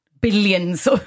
billions